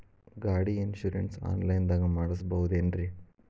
ಗಾಡಿ insurance online ದಾಗ ಮಾಡಸ್ಬಹುದೆನ್ರಿ?